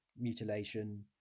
mutilation